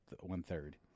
one-third